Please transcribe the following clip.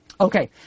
Okay